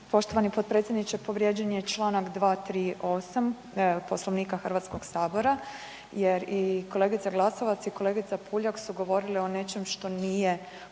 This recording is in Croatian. Poštovani potpredsjedniče, povrijeđen je čl. 238. Poslovnika HS-a jer i kolegica Glasovac i kolegica Puljak su govorile o nečemu što nije uopće